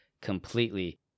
completely